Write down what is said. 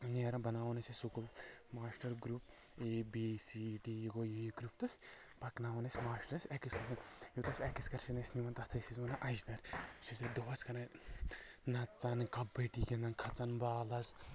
نیران بناوان ٲسۍ اسہِ school master group A B C D یہِ گوٚو یہِ گروٚپ تہٕ پکناوان ٲسۍ ماشٹر اسہِ اٮ۪کٕسکرشن یِم اسہِ اٮ۪کٕسکرشن ٲسۍ نِوان تتھ ٲسۍ أسۍ ونان آیسدر أسۍ ٲسۍ دۄہس کران نژان کبڈی گِنٛدن کھژان بالس